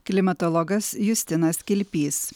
klimatologas justinas kilpys